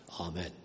Amen